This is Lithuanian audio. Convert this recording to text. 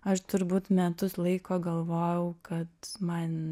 aš turbūt metus laiko galvojau kad man